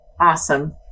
Awesome